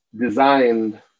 designed